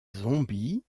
zombies